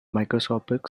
macroscopic